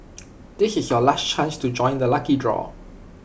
this is your last chance to join the lucky draw